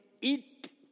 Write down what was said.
eat